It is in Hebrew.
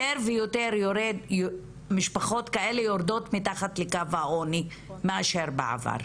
יותר משפחות כאלה יורדות מתחת לקו העוני מאשר בעבר,